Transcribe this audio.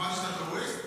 אמרתי שאתה טרוריסט?